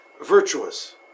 virtuous